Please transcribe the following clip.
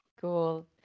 Cool